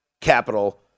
capital